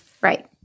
Right